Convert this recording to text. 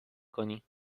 کنی